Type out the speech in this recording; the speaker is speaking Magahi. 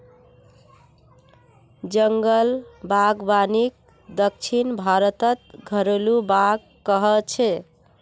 जंगल बागवानीक दक्षिण भारतत घरेलु बाग़ कह छे